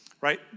Right